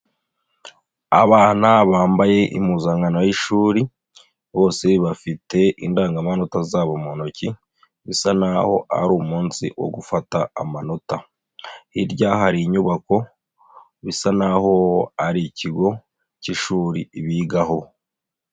Abana bambaye impuzankano y'ishuri, bose bafite indangamanota zabo mu ntoki, bisa naho ari umunsi wo gufata amanota, hirya hari inyubako bisa naho ari ikigo cy'ishuri bigaho.